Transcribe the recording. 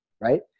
right